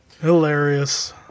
Hilarious